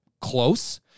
close